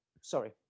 Sorry